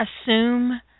assume